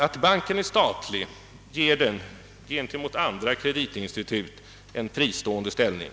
Att banken är statlig ger den gentemot andra kreditinstitut en fristående ställning.